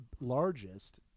largest